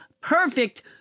perfect